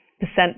Percent